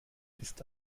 ist